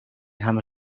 همه